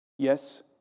Yes